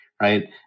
right